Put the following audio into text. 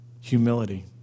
Humility